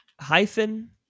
hyphen